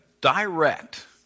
direct